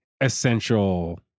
essential